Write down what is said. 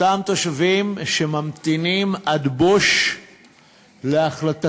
אותם תושבים שממתינים עד בוש להחלטת